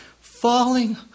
falling